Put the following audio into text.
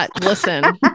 Listen